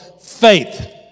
faith